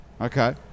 Okay